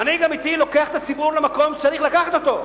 מנהיג אמיתי לוקח את הציבור למקום שצריך לקחת אותו,